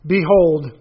Behold